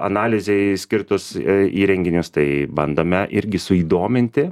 analizei skirtus i įrenginius tai bandome irgi suįdominti